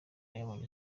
yabonye